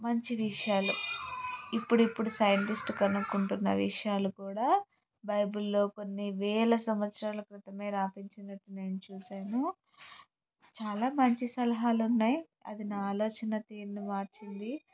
మంచి విషయాలు ఇప్పుడిప్పుడు సైన్టిస్ట్ కనుకుంటున్నా విషయాలు కూడా బైబిల్లో కొన్ని వేల సంవత్సరాల క్రితమే రాపించినట్లు నేను చూసాను చాలా మంచి సలహాలున్నాయి అది నా ఆలోచన తీరును మార్చింది